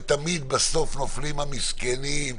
ותמיד בסוף נופלים המסכנים.